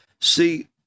See